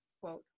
quote